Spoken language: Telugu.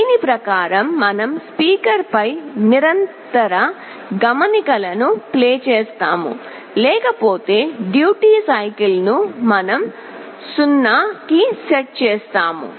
దీని ప్రకారం మనం స్పీకర్పై నిరంతర గమనికలను ప్లే చేస్తాము లేకపోతే డ్యూటీ సైకిల్ను మనం 0 కి సెట్ చేస్తాము